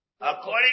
According